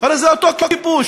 הרי זה אותו כיבוש.